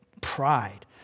pride